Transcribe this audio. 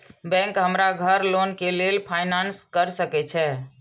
Bank हमरा घर loan के लेल फाईनांस कर सके छे?